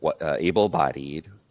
able-bodied